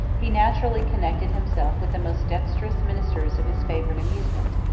he naturally connected himself with the most dexterous ministers of his favorite amusement.